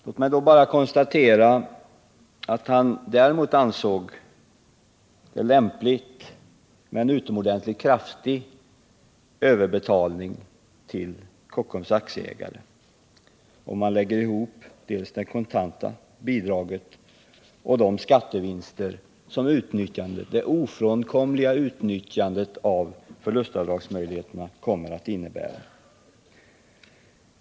Låt mig då bara konstatera, att han däremot ansåg det lämpligt med en utomordentligt kraftig överbetalning till Kockums aktieägare, i form av dels det kontanta skattebidraget, dels de skattevinster som det ofrånkomliga utnyttjandet av förlustavdragsmöjligheterna kommer att innebära.